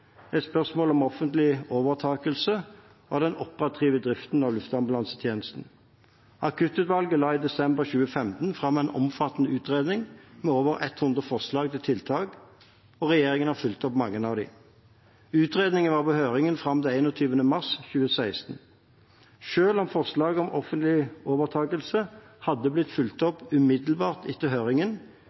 om offentlig overtakelse av den operative driften av luftambulansetjenesten. Akuttutvalget la i desember 2015 fram en omfattende utredning med over 100 forslag til tiltak, og regjeringen har fulgt opp mange av dem. Utredningen var på høring fram til 21. mars 2016. Selv om forslaget om offentlig overtakelse hadde blitt fulgt opp umiddelbart etter høringen,